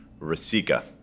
Rasika